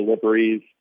deliveries